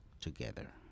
together